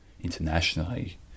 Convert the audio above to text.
internationally